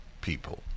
people